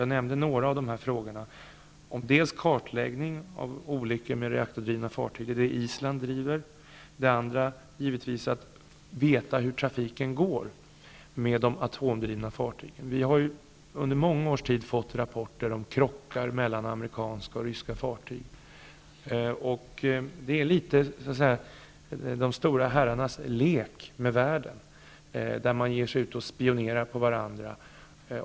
Jag nämnde några av frågorna, bl.a. kartläggning av olyckor med reaktordrivna fartyg. Det är det Island driver. Det andra handlar givetvis om att veta hur trafiken med de atomdrivna fartygen går. Vi har under många års tid fått rapporter om krockar mellan amerikanska och ryska fartyg. Det är litet av de stora herrarnas lek med världen, där man ger sig ut och spionerar på varandra.